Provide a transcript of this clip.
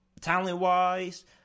talent-wise